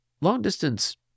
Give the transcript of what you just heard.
long-distance